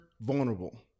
vulnerable